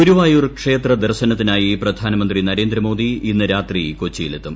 ഗുരുവായൂർ ക്ഷേത്ര ദർശനത്തിനായി പ്രപ്ധാനമന്ത്രി നരേന്ദ്രമോദി ഇന്ന് രാത്രി കൊച്ചിയിൽ എത്തും